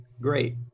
great